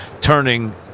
turning